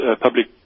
public